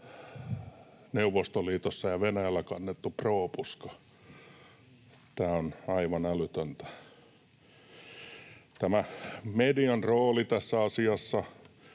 Neuvostoliitossa ja Venäjällä kannettu propuska. Tämä median rooli tässä asiassa,